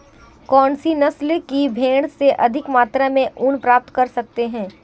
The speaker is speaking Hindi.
कौनसी नस्ल की भेड़ से अधिक मात्रा में ऊन प्राप्त कर सकते हैं?